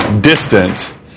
distant